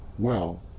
well,